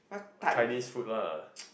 try this food lah